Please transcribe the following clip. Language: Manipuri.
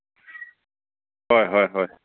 ꯍꯣꯏ ꯍꯣꯏ ꯍꯣꯏ